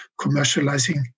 commercializing